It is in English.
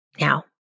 Now